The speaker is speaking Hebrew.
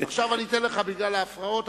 עכשיו אני אתן לך שתי דקות בגלל ההפרעות,